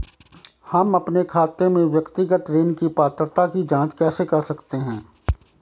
हम अपने खाते में व्यक्तिगत ऋण की पात्रता की जांच कैसे कर सकते हैं?